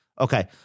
okay